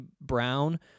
Brown